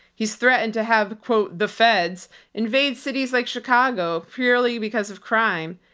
he's threatened to have, quote, the feds invade cities like chicago purely because of crime.